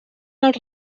els